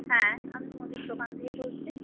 হ্যাঁ আমি মুদির দোকান থেকে বলছি